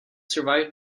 survived